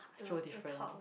so different